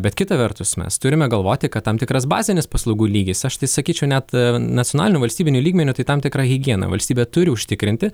bet kita vertus mes turime galvoti kad tam tikras bazinis paslaugų lygis aš tai sakyčiau net nacionalinių valstybinių lygmeniu tai tam tikra higiena valstybė turi užtikrinti